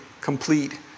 complete